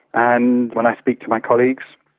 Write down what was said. and when i speak to my colleagues,